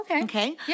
okay